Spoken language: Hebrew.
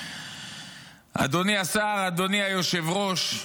אדוני השר, אדוני היושב-ראש,